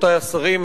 רבותי השרים,